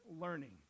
learning